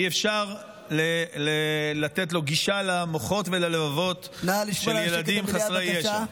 אי-אפשר לתת לו גישה למוחות וללבבות של ילדים חסרי ישע.